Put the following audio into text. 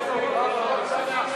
מאוד מדאיג,